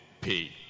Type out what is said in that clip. pay